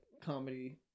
comedy